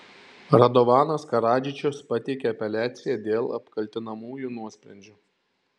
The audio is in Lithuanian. radovanas karadžičius pateikė apeliaciją dėl apkaltinamųjų nuosprendžių